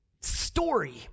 story